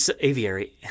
aviary